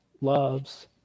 loves